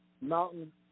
Mountain